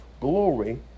glory